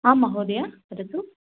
आं महोदय वदतु